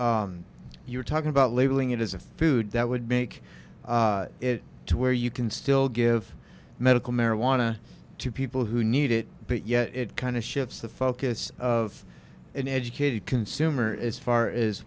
were talking about labeling it as a food that would make it to where you can still give medical marijuana to people who need it but yet it kind of shifts the focus of an educated consumer as far as